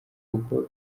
kuko